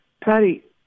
Patty